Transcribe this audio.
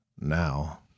now